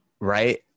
right